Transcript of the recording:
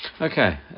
Okay